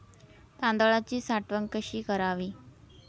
तांदळाची साठवण कशी करावी?